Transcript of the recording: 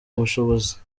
ubushobozi